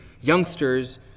youngsters